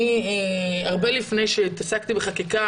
הרבה לפני שהתעסקתי בחקיקה,